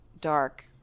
dark